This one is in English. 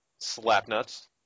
Slapnuts